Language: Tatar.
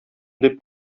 дип